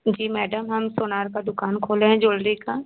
जी madam हम सोनार का दुकान खोले हैं ज्वेलरी का